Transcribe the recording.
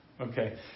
okay